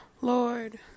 Lord